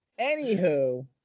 Anywho